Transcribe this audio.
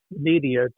media